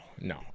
no